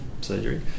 surgery